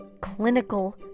clinical